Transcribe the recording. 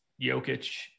Jokic